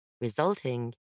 resulting